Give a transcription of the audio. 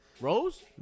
Rose